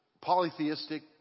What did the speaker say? polytheistic